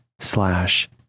slash